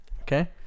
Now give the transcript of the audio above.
okay